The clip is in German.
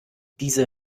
diese